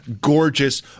gorgeous